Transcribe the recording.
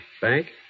Bank